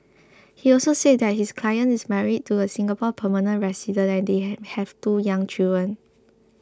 he also said that his client is married to a Singapore permanent resident and hey have two young children